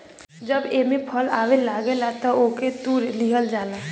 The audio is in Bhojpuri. जब एमे फल आवे लागेला तअ ओके तुड़ लिहल जाला